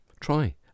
Try